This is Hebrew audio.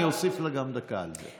אני אוסיף לה גם דקה על זה.